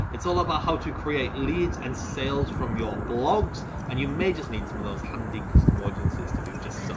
it's all about how to create leads and sales from your blogs and you may just need some of those handy custom audiences to do just so.